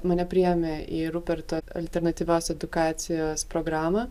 mane priėmė į ruperto alternatyvios edukacijos programą